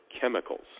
chemicals